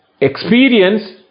experience